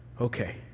okay